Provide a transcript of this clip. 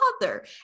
father